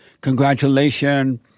congratulations